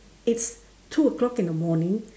it's two o-clock in the morning